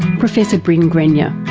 professor brin grenyer.